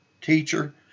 teacher